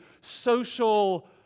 social